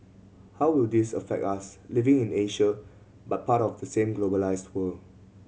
how will this affect us living in Asia but part of the same globalised world